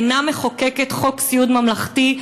אינה מחוקקת חוק סיעוד ממלכתי.